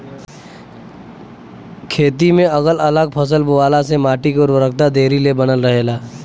खेती में अगल अलग फसल बोअला से माटी के उर्वरकता देरी ले बनल रहेला